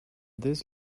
this